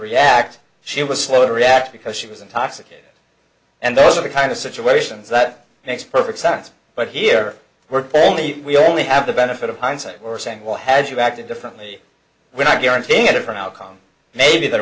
react she was slow to react because she was intoxicated and those are the kind of situations that makes perfect sense but here we're only we only have the benefit of hindsight we're saying why had you acted differently when i guarantee you a different outcome maybe that